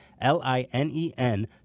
l-i-n-e-n